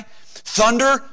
Thunder